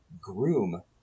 groom